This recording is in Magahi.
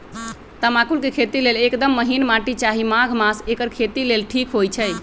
तमाकुल के खेती लेल एकदम महिन माटी चाहि माघ मास एकर खेती लेल ठीक होई छइ